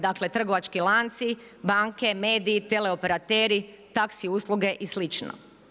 Dakle, trgovački lanci, banke, mediji, teleoperateri, taxi usluge i slično.